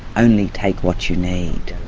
only take what you need.